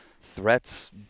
threats